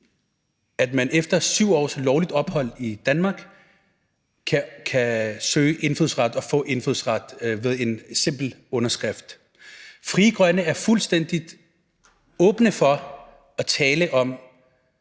at man efter 7 års lovligt ophold i Danmark kan søge indfødsret og få indfødsret ved en simpel underskrift. Frie Grønne er fuldstændig åbne for at tale om